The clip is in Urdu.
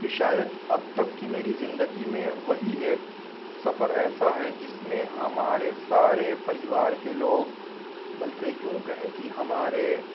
کہ شاید اب تک کی میری زندگی میں وہی ایک سفر ایسا ہے جس میں ہمارے سارے پریوار کے لوگ بلکہ یوں کہیں کہ ہمارے